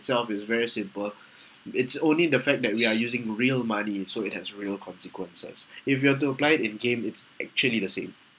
itself is very simple it's only the fact that we are using real money so it has real consequences if you are to apply in game it's actually the same